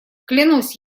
клянусь